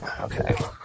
Okay